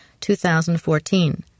2014